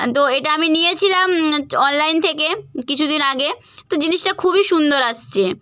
তো এটা আমি নিয়েছিলাম অনলাইন থেকে কিছুদিন আগে তো জিনিসটা খুবই সুন্দর আসছে